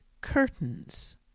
curtains